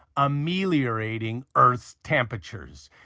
ameliorating earth's temperatures.